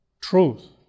truth